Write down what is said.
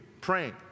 praying